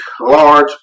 large